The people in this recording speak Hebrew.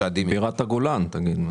בירת הגולן, תגיד.